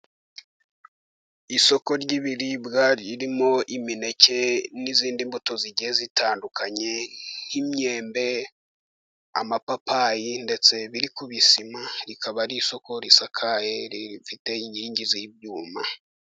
Isoko ry'ibiribwa, ririmo imineke n'izindi mbuto zigiye zitandukanye, nk'imyembe, amapapayi ndetse biri ku bisima, rikaba ari isoko risakaye rifite inkingi z'ibyuma.